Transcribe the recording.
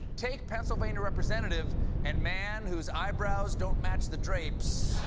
take pennsylvania representative and man whose eyebrows don't match the drapes,